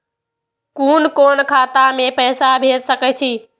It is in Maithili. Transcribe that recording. कुन कोण खाता में पैसा भेज सके छी?